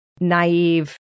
Naive